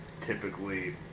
typically